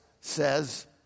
says